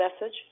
message